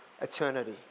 eternity